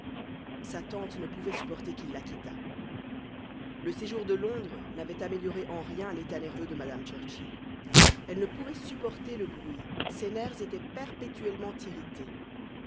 sa tante ne pouvait supporter qu'il la quittât le séjour de londres n'avait amélioré en rien l'état nerveux de mme churchill elle ne pouvait supporter le bruit ses nerfs étaient perpétuellement irrités